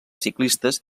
ciclistes